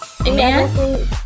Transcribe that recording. Amen